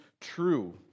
true